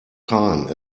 time